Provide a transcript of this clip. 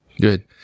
Good